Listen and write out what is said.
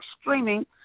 streaming